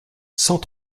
cent